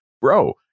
bro